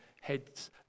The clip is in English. heads